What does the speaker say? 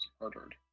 murdered